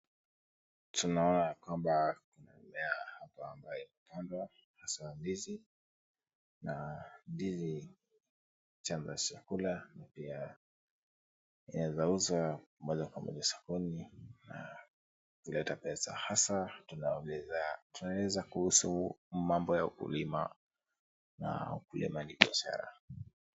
Tunaona ya kwamba kuna mimea hapa ambayo imepandwa hasa ya ndizi na ndizi ni chanzo ya chakula na pia inaweza uzwa moja kwa moja sokoni na kuleta pesa hasa tunaeza kuhusu mambo ya ukulima na ukulima ni biashara.